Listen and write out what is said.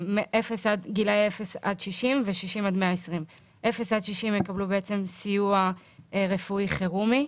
- גילאי 0-60 וגילאי 60-120. גילאי 0-60 יקבלו סיוע רפואי חירומי,